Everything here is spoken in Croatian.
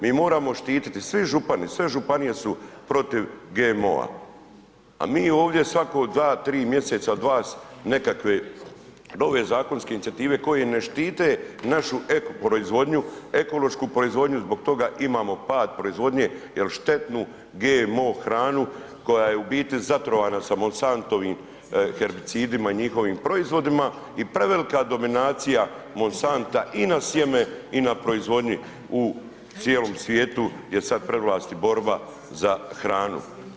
Mi moramo štititi svi župani, sve županije su protiv GMO-a, a mi ovdje svako dva, tri mjeseca od vas nekakve nove zakonske inicijative koji ne štite našu ekološku proizvodnju zbog toga imamo pad proizvodnje jel štetnu GMO hranu koja je zatrovana sa Monsantovim herbicidima i njihovim proizvodima i prevelika dominacija Monsanta i na sjeme i na proizvodnji u cijelom svijetu je sada prevlast i borba za hranu.